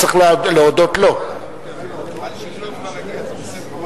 אתם יכולים כמה שאתם רוצים.